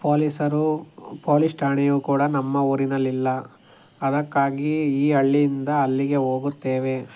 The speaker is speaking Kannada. ಪೊಲೀಸರು ಪೋಲೀಸ್ ಠಾಣೆಯು ಕೂಡ ನಮ್ಮ ಊರಿನಲ್ಲಿಲ್ಲ ಅದಕ್ಕಾಗಿ ಈ ಹಳ್ಳಿಯಿಂದ ಅಲ್ಲಿಗೆ ಹೋಗುತ್ತೇವೆ